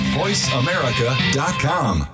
voiceamerica.com